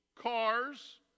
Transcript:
cars